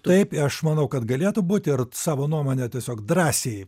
taip aš manau kad galėtų būti ir savo nuomonę tiesiog drąsiai